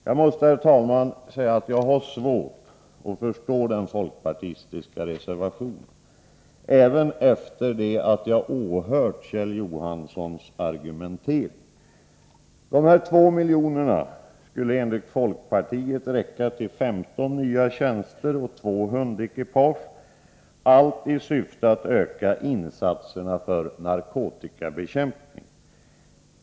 Jag måste, herr talman, säga att jag har svårt att förstå den folkpartistiska reservationen, även efter det att jag åhört Kjell Johanssons argumentering. Dessa två miljoner skulle enligt folkpartiet räcka till 15 nya tjänster och 2 hundekipage, allt i syfte att öka insatserna för narkotikabekämpning.